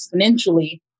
exponentially